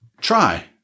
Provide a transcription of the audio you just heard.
try